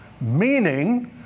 meaning